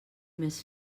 més